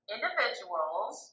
individuals